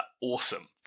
Awesome